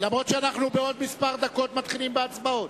אף-על-פי שבעוד כמה דקות אנחנו מתחילים בהצבעות.